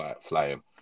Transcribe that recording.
flying